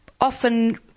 often